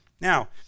now